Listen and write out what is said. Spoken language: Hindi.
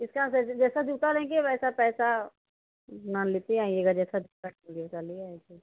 इसका जैसा जूता लेंगे वैसा पैसा अपना लेते आइएगा जैसा जूता खरीदिएगा ले आइएगा